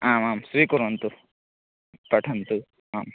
आमाम् स्वीकुर्वन्तु पठन्तु आम्